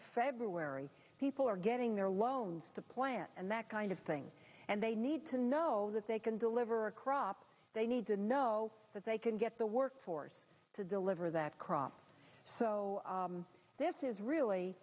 february people are getting their loans the plan and that kind of thing and they need to know that they can deliver a crop they need to know that they can get the workforce to deliver that crop so this is really